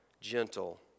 gentle